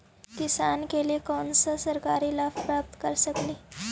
किसान के डालीय कोन सा सरकरी लाभ प्राप्त कर सकली?